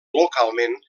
localment